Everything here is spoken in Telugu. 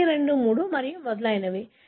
12 3 మరియు మొదలైనవి